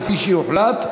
כפי שיוחלט.